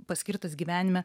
paskirtas gyvenime